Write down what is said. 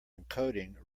encoding